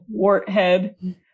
Warthead